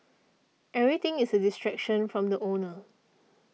everything is a distraction from the owner